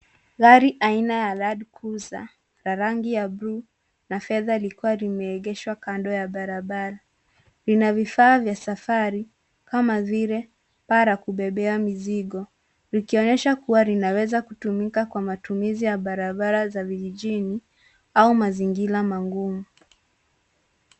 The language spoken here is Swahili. Gari aina ya land cruiser la rangi ya buluu na fedha likiwa limeegeshwa kando ya barabara lina vifaa vya safari kama vile paa la kubebea mizigo likionyesha kua linaweza kutumika kwa matumizi ya barabara za vijijini au mazingira magumu.